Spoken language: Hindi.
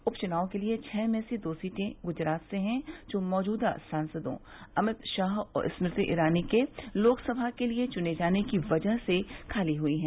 उप चुनाव के लिए छह में से दो सीटें गुजरात से हैं जो मौजूदा सांसरो अमित शाह और स्मृति ईरानी के लोक सभा के लिए चुने जाने की वजह से खाली हई हैं